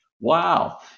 Wow